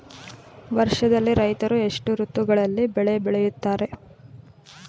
ವರ್ಷದಲ್ಲಿ ರೈತರು ಎಷ್ಟು ಋತುಗಳಲ್ಲಿ ಬೆಳೆ ಬೆಳೆಯುತ್ತಾರೆ?